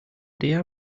der